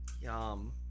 yum